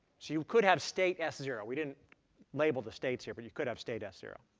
so you could have state s zero. we didn't label the states here, but you could have state s zero.